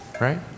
right